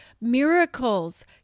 miracles